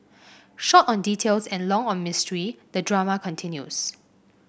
short on details and long on mystery the drama continues